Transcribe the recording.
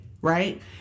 right